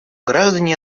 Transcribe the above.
граждане